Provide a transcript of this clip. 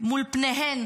מול פניהם